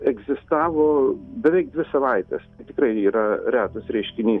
egzistavo beveik dvi savaites tai tikrai yra retas reiškinys